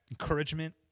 encouragement